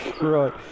Right